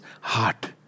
heart